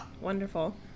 Wonderful